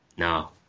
Now